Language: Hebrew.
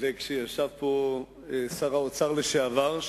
וכשישב פה שר האוצר לשעבר,